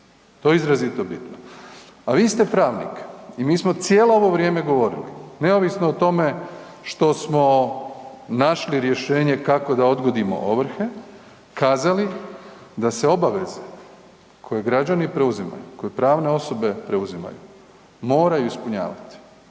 to je izrazito bitno. A vi ste pravnik i mi smo cijelo ovo vrijeme govorili neovisno o tome što smo našli rješenje kako da odgodimo ovrhe, kazali da se obaveze koje građani preuzimaju, koje pravne osobe preuzimaju, moraju ispunjavati.